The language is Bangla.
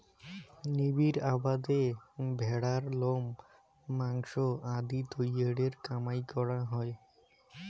নিবিড় আবাদে ভ্যাড়ার লোম, মাংস আদি তৈয়ারের কামাই করাং হই